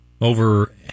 over